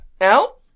out